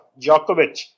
Djokovic